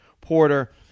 Porter